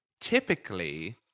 typically